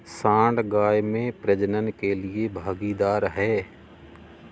सांड गाय में प्रजनन के लिए भागीदार है